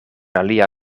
alia